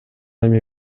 эми